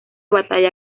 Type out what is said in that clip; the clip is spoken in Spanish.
batalla